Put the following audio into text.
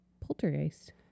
Poltergeist